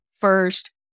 first